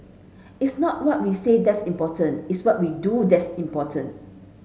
it's not what we say that's important it's what we do that's important